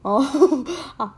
ohh